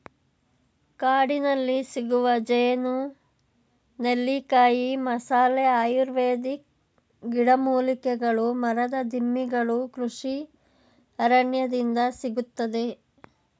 ಕಾಡಿನಲ್ಲಿಸಿಗುವ ಜೇನು, ನೆಲ್ಲಿಕಾಯಿ, ಮಸಾಲೆ, ಆಯುರ್ವೇದಿಕ್ ಗಿಡಮೂಲಿಕೆಗಳು ಮರದ ದಿಮ್ಮಿಗಳು ಕೃಷಿ ಅರಣ್ಯದಿಂದ ಸಿಗುತ್ತದೆ